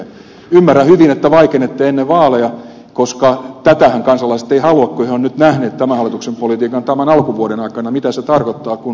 ymmärrän hyvin että vaikenette ennen vaaleja koska tätähän kansalaiset eivät halua kun he ovat nyt nähneet tämän hallituksen politiikan alkuvuoden aikana mitä se tarkoittaa kun energiaveroja nostetaan